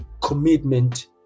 commitment